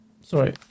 sorry